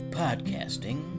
podcasting